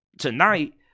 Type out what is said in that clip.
tonight